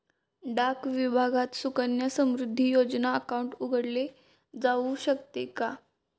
डाक विभागात सुकन्या समृद्धी योजना अकाउंट उघडले जाऊ शकते का?